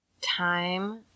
time